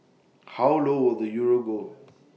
how low will the euro go